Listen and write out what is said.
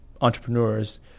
entrepreneurs